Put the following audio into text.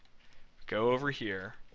go over here.